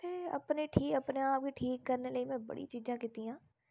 ते अपने आप गी ठीक करने लेई में बडी चीजां कीतियां